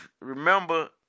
remember